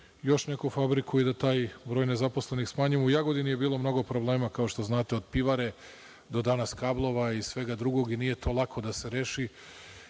još neku fabriku i da taj broj nezaposlenih smanjimo. U Jagodini je bilo mnogo problema, kao što znate. Od pivare do danas kablova i svega drugog i nije to lako da se reši.